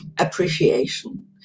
appreciation